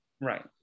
Right